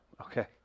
Okay